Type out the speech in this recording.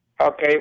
Okay